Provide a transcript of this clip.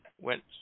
went